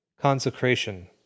Consecration